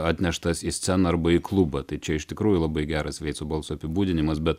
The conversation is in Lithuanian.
atneštas į sceną arba į klubą tai čia iš tikrųjų labai geras veitso balso apibūdinimas bet